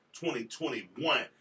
2021